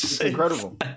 Incredible